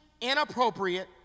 inappropriate